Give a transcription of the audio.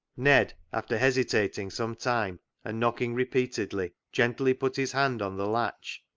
ned, after hesitating some time and knocking repeatedly, gently put his hand on the latch,